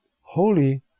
holy